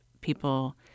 people